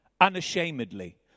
unashamedly